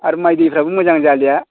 आरो माइ दैफ्राबो मोजां जालिया